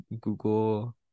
Google